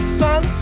sun